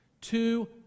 Two